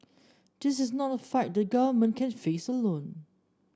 this is not a fight the government can face alone